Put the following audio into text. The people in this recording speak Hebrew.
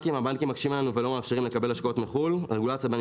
רגולציה בנושא תגרום לנו להיות כלי עזר משמעותי יותר.